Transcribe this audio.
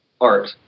art